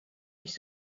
his